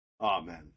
Amen